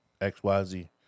XYZ